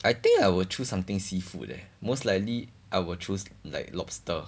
I think I will choose something seafood leh most likely I will choose like lobster